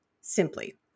simply